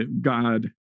God